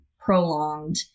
prolonged